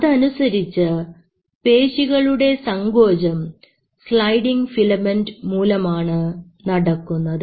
അതനുസരിച്ച് പേശികളുടെ സങ്കോചം സ്ലൈഡിങ് ഫിലമെന്റ് മൂലമാണ് നടക്കുന്നത്